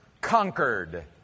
conquered